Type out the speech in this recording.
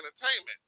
entertainment